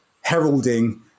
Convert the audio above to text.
heralding